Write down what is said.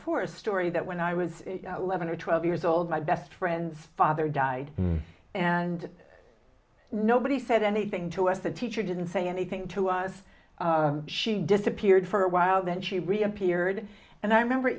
fore a story that when i was eleven or twelve years old my best friend's father died and nobody said anything to us the teacher didn't say anything to us she disappeared for a while then she reappeared and i remember